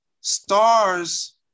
stars